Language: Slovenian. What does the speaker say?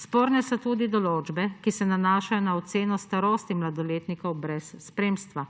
Sporne so tudi določbe, ki se nanašajo na oceno starosti mladoletnikov brez spremstva.